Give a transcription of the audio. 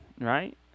right